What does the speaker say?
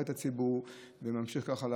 חי את הציבור וממשיך ככה לעבוד.